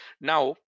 now